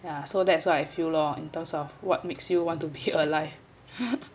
ya so that's what I feel lor in terms of what makes you want to be alive